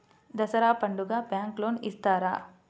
దసరా పండుగ bank loan ఇస్తారా?